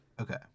Okay